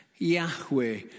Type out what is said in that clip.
Yahweh